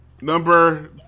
Number